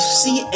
see